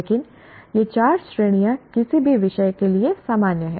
लेकिन ये चार श्रेणियां किसी भी विषय के लिए सामान्य हैं